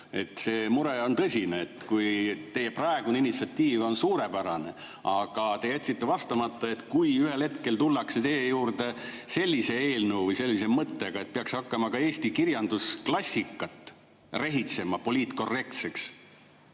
See mure on tõsine. Teie praegune initsiatiiv on suurepärane, aga te jätsite vastamata sellele: kui ühel hetkel tullakse teie juurde sellise eelnõu või mõttega, et peaks hakkama ka eesti kirjandusklassikat rehitsema poliitkorrektseks,